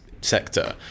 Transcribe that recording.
sector